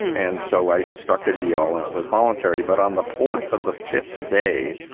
and so i struck a deal and it was voluntary. but on the fourth of the fifth day,